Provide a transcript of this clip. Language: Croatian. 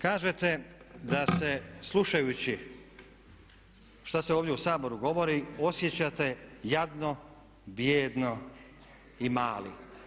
Kažete da se slušajući šta se ovdje u Saboru govori osjećate jadno, bijedno i mali.